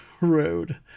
road